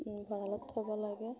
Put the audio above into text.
ভঁৰালত থ'ব লাগে